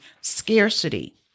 scarcity